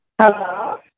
Hello